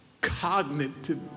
cognitive